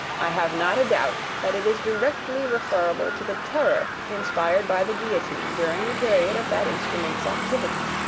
i have not a doubt that it is directly referable to the terror inspired by the guillotine during the period of that instrument's activity.